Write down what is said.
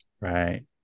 right